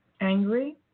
angry